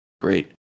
great